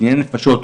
בדיני נפשות,